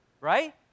right